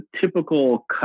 typical